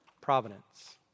providence